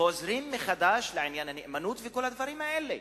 חוזרים מחדש לעניין הנאמנות ולכל הדברים האלה?